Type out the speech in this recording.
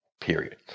period